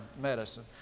medicine